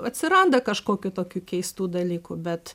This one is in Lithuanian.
atsiranda kažkokių tokių keistų dalykų bet